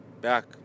back